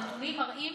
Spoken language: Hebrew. הנתונים מראים